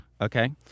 okay